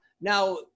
Now